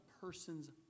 person's